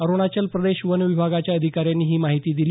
अरुणाचल प्रदेश वन विभागाच्या अधिकाऱ्यांनी ही माहिती दिली